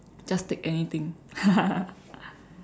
just take anything